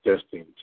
Testing